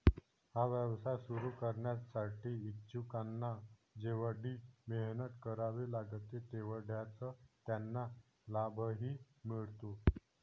हा व्यवसाय सुरू करण्यासाठी इच्छुकांना जेवढी मेहनत करावी लागते तेवढाच त्यांना लाभही मिळतो